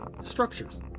structures